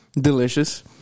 Delicious